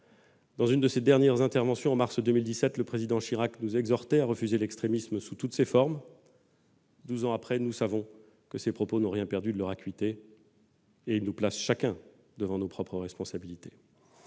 Dans l'une de ses dernières interventions, en mars 2017, le président Jacques Chirac nous exhortait à refuser l'extrémisme sous toutes ses formes. Douze ans plus tard, nous savons que ces propos n'ont rien perdu de leur acuité ; ils nous placent chacun devant nos responsabilités.